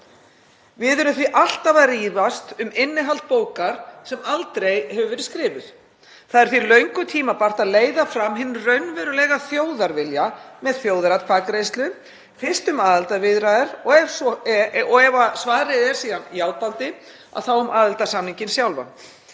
Við erum því alltaf að rífast um innihald bókar sem aldrei hefur verið skrifuð. Það er því löngu tímabært að leiða fram hinn raunverulega þjóðarvilja með þjóðaratkvæðagreiðslu, fyrst um aðildarviðræður og, ef svarið er síðan játandi, þá um aðildarsamninginn sjálfan.